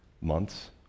months